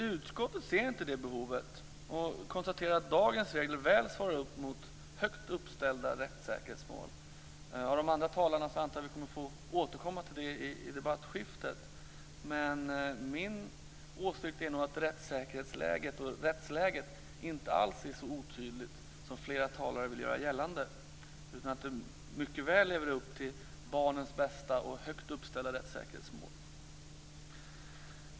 Utskottet ser inget sådant behov och konstaterar att dagens regler väl svarar mot högt uppställda rättssäkerhetsmål. Av tidigare talare har jag förstått att vi kommer att få återkomma till detta i replikskiftet. Men min åsikt är att rättsläget inte alls är så otydligt som flera talare vill göra gällande utan att det mycket väl lever upp till barnets bästa och till högt uppställda rättssäkerhetsmål.